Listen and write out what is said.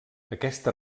aquesta